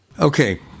Okay